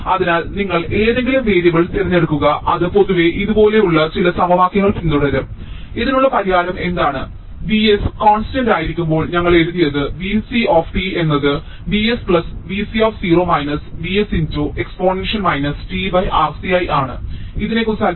അതിനാൽ നിങ്ങൾ ഏതെങ്കിലും വേരിയബിൾ തിരഞ്ഞെടുക്കുക അത് പൊതുവെ ഇതുപോലെയുള്ള ചില സമവാക്യങ്ങൾ പിന്തുടരും ഇതിനുള്ള പരിഹാരം എന്താണ് V s കോൺസ്റ്റന്റ് ആയിരിക്കുമ്പോൾ ഞങ്ങൾ എഴുതിയത് Vc എന്നത് V s Vc V s × exponential t RCI ആണ് ഇതിനെ കുറിച്ച് അൽപ്പം വിശദീകരിക്കും